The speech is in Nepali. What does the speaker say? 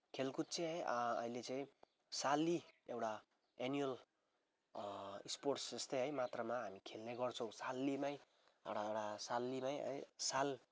खेलकुद चाहिँ अहिले चाहिँ साल्ली एउटा एनुवल स्पोर्ट्स जस्तै है मात्रमा हामी खेल्ने गर्छौँ साल्लीमै साल्लीमै साल